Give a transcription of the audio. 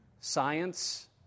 science